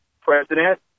president